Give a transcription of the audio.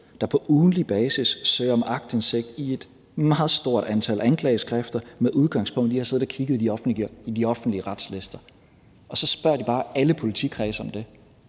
på ugentlig basis søger om aktindsigt i et meget stort antal anklageskrifter med udgangspunkt i at have siddet og kigget i de offentlige retslister. Og så spørger de bare alle politikredse om det,